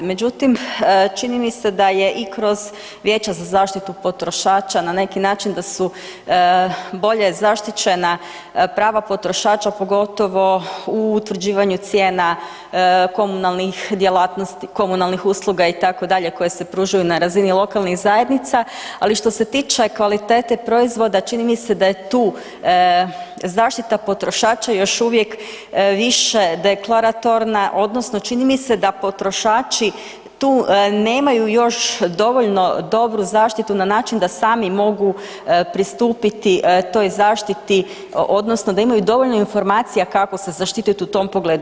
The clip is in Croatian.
Međutim, čini mi se da je i kroz vijeća za zaštitu potrošača na neki način da su bolje zaštićena prava potrošača pogotovo u utvrđivanju cijena komunalnih djelatnosti, komunalnih usluga itd., koje se pružaju na razini lokalnih zajednica, ali što se tiče kvalitete proizvoda čini mi se da je tu zaštita potrošača još uvijek više deklaratorna odnosno čini mi se da potrošači tu nemaju još dovoljno dobru zaštitu na način da sami mogu pristupiti toj zaštiti odnosno da imaju dovoljno informacija kako se zaštiti u tom pogledu.